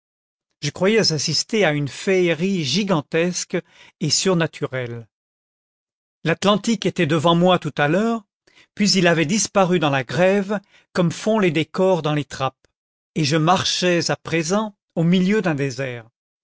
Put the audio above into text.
je croyais assister à une féerie gigantesque et surnaturelle l'atlantique était devant moi tout à l'heure puis il avait disparu dans la grève comme font les décors dans les trappes et je marchais à présent au milieu d'un désert